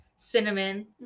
cinnamon